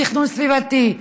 תכנון סביבתי,